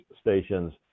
stations